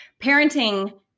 parenting